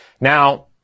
Now